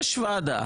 יש ועדה.